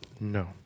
no